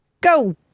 Go